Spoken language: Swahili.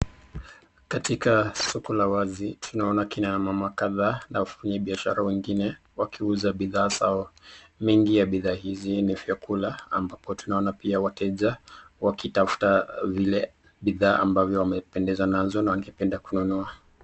Katika soko la wazi tunaona kina mama kadhaa na wafanyabiashara wengine wakiuza bidhaa zao mingi ya bidhaa hizi ni vyakula ambapo tunaona pia wateja wakitafuta zile bidhaa ambavyo wamependezwa nayo na wangependa kununua.